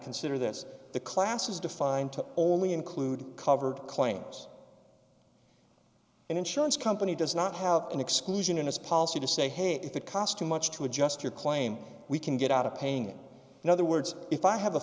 consider this the class is defined to only include covered claims an insurance company does not have an exclusion in its policy to say hey if it cost too much to adjust your claim we can get out of paying it in other words if i have a